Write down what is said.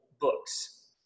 books